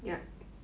ya